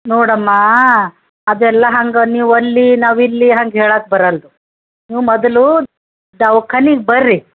ನೋಡಮ್ಮ ಅದೆಲ್ಲ ಹಂಗೆ ನೀವಲ್ಲಿ ನಾವಿಲ್ಲಿ ಹಂಗೆ ಹೇಳಕ್ಕೆ ಬರಲ್ದು ನೀವು ಮೊದಲು ದವ್ಖಾನೆಗೆ ಬರ್ರಿ